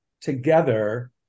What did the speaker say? together